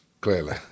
clearly